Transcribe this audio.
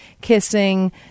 kissing